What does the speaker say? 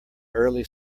early